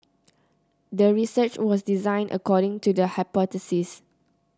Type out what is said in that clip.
the research was designed according to the hypothesis